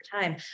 time